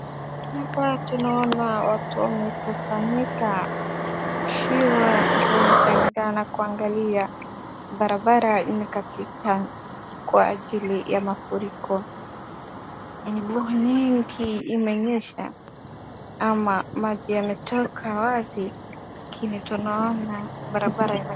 Hapa tunaona watu wamekusanyika, wakiwa wanashangaa na kuangalia. Barabara imekatika kwa ajili ya mafuriko. Mvua nyingi imenyesha ama maji yametoka wapi? Lakini tunaona barabara ime.